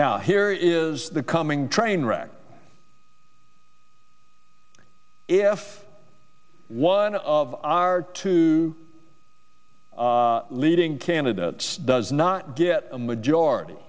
now here is the coming train wreck if one of our two leading candidates does not get a majority